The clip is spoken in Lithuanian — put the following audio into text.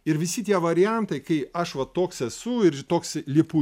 ir visi tie variantai kai aš va toks esu toks lipu